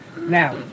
Now